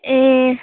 ए